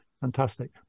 Fantastic